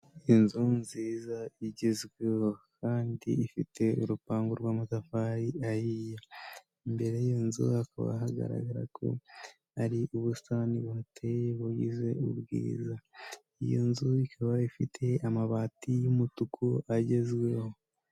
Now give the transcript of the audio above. Inzu nziza igezweho kandi ifite urupango rw'amatafari ahiye. Imbere y'inzu hakaba hagaragara ko hari ubusitani buhateye bugize ubwiza. Iyi nzu ikaba ifite amabati y'umutuku agezweho.